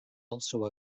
also